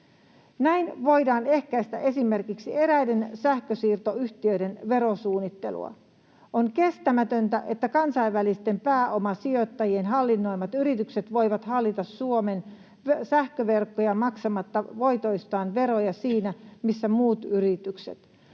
Näin voidaan ehkäistä esimerkiksi eräiden sähkönsiirtoyhtiöiden verosuunnittelua. On kestämätöntä, että kansainvälisten pääomasijoittajien hallinnoimat yritykset voivat hallita Suomen sähköverkkoja maksamatta voitoistaan veroja siinä, missä muut yritykset.